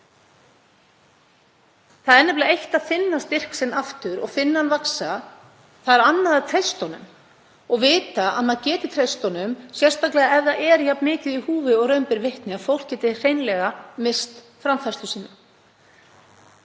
Það er nefnilega eitt að finna styrk sinn aftur og finna hann vaxa, annað er að treysta honum og vita að maður geti treyst honum, sérstaklega ef það er jafn mikið í húfi og raun ber vitni, að fólk geti hreinlega misst framfærslu sína.